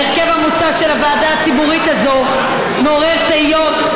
ההרכב המוצע של הוועדה הציבורית הזאת מעורר תהיות.